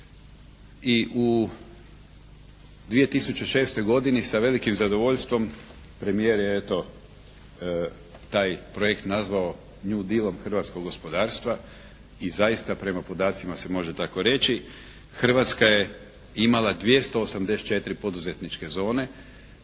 I u 2006. godini sa velikim zadovoljstvom premijer je eto taj projekt nazvao «new deal-om» hrvatskog gospodarstva. I zaista prema podacima se može tako reći. Hrvatska je imala 284 poduzetničke zone